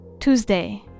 Tuesday